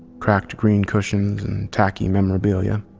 cracked green cushions, and tacky memorabilia.